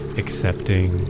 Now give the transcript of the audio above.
accepting